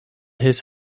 his